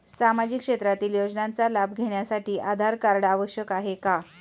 सामाजिक क्षेत्रातील योजनांचा लाभ घेण्यासाठी आधार कार्ड आवश्यक आहे का?